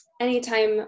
anytime